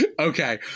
Okay